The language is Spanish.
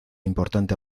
importante